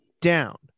down